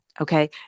Okay